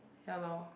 ya lor